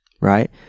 right